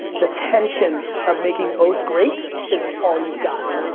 the tension of making both great is all you've got.